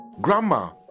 Grandma